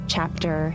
Chapter